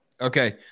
Okay